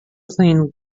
playing